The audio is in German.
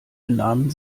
benahmen